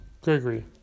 Gregory